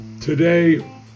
Today